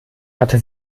hatte